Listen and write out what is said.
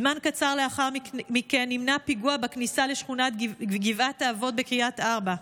זמן קצר לאחר מכן נמנע פיגוע בכניסה לשכונת גבעת האבות בקריית ארבע.